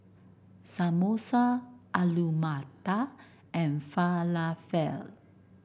Samosa Alu Matar and Falafel